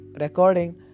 recording